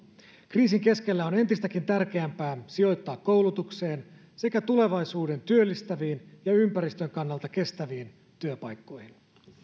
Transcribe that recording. kriisin keskellä on entistäkin tärkeämpää sijoittaa koulutukseen sekä tulevaisuuden työllistäviin ja ympäristön kannalta kestäviin työpaikkoihin